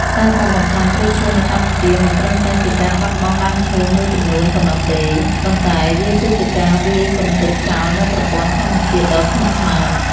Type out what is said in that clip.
ការកាប់បំផ្លាញព្រៃឈើនៅកម្ពុជាមិនត្រឹមតែជាការបាត់បង់ដើមឈើមួយចំនួនប៉ុណ្ណោះទេ ប៉ុន្តែវាគឺជាការវាយកម្ទេចចោលនូវប្រព័ន្ធធម្មជាតិដ៏ស្មុគស្មាញ។